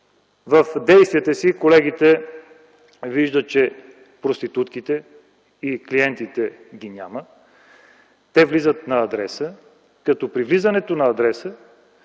В действията си колегите виждат, че проститутките и клиентите ги няма. Те влизат на адреса, като при влизането на адреса